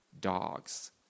dogs